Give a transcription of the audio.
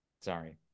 Sorry